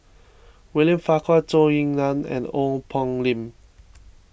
William Farquhar Zhou Ying Nan and Ong Poh Lim